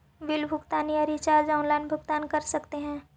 Bill भुगतान या recharge online भुगतान कर सकते हैं?